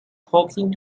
talking